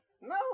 No